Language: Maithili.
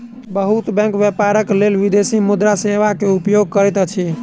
बहुत बैंक व्यापारक लेल विदेशी मुद्रा सेवा के उपयोग करैत अछि